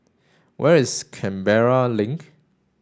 where is Canberra Link